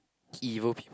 evil people